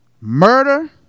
murder